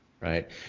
Right